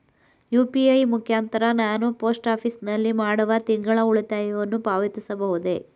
UPI ಮುಖಾಂತರ ನಾನು post office ನಲ್ಲಿ ಮಾಡುವ ತಿಂಗಳ ಉಳಿತಾಯವನ್ನು ಪಾವತಿಸಬಹುದೇ?